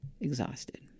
exhausted